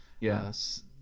Yes